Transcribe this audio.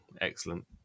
Excellent